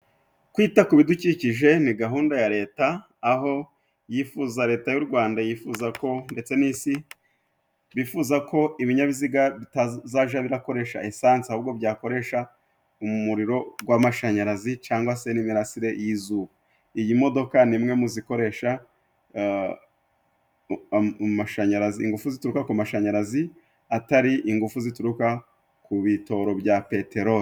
Kwita ku bidukikije ni gahunda ya Leta, aho yifuza leta y'u Rwanda yifuza ko ndetse n'isi bifuza ko ibinyabiziga bitazaja birakoresha esansi, ahubwo byakoresha umuriro gw'amashanyarazi cangwa se n'imirasire y'izuba. Iyi modoka ni imwe mu zikoresha ingufu zituruka ku mashanyarazi, atari ingufu zituruka ku bitoro bya Peteroli.